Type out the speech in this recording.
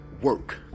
work